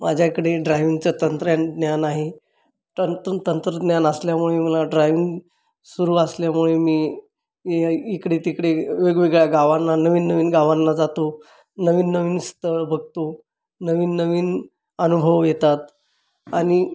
माझ्या इकडे ड्रायविंगचं तंत्र ज्ञान आहे तर तंत्र तंत्रज्ञान असल्यामुळे मला ड्रायविंग सुरु असल्यामुळे मी ये इकडे तिकडे वेगवेगळ्या गावांना नवीन नवीन गावांना जातो नवीन नवीन स्थळ बघतो नवीन नवीन अनुभव येतात आणि